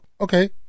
Okay